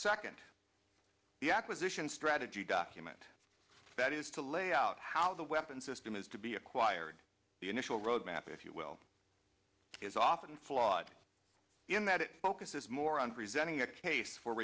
second the acquisition strategy document that is to lay out how the weapon system is to be acquired the initial roadmap if you will is often flawed in that it focuses more on presenting a case for